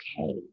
okay